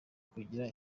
kugira